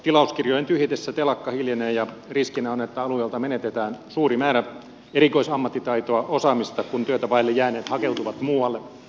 tilauskirjojen tyhjetessä telakka hiljenee ja riskinä on että alueelta menetetään suuri määrä erikoisammattitaitoa osaamista kun työtä vaille jääneet hakeutuvat muualle